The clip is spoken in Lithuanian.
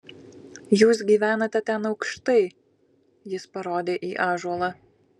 jūs gyvenate ten aukštai jis parodė į ąžuolą